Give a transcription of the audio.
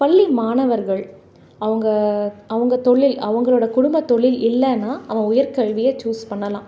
பள்ளி மாணவர்கள் அவங்க அவங்க தொழில் அவங்களோட குடும்ப தொழில் இல்லேனால் அவன் உயர்கல்வியை சூஸ் பண்ணலாம்